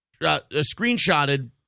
Screenshotted